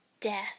Death